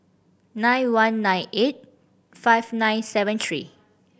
nine one nine eight five nine seven three